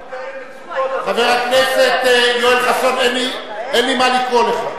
חברת הכנסת זוארץ, אני קורא לך לסדר פעם שנייה.